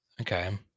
Okay